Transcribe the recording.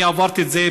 אני עברתי את זה.